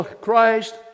Christ